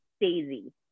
Daisy